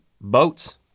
boats